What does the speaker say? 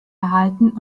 erhalten